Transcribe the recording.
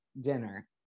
dinner